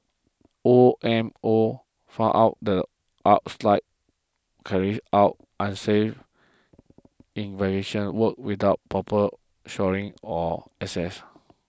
O M O found out the carried out unsafe works without proper shoring or access